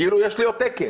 כי יש לי עוד תקן.